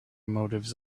motives